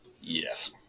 Yes